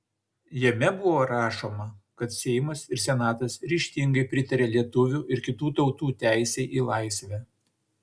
jame buvo rašoma kad seimas ir senatas ryžtingai pritaria lietuvių ir kitų tautų teisei į laisvę